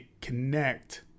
connect